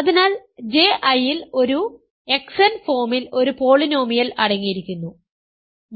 അതിനാൽ JI ൽ ഒരു Xn ഫോമിൽ ഒരു പോളിനോമിയൽ അടങ്ങിയിരിക്കുന്നു